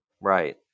Right